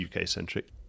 UK-centric